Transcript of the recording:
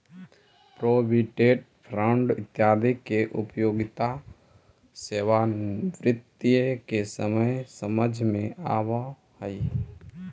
provident fund इत्यादि के उपयोगिता सेवानिवृत्ति के समय समझ में आवऽ हई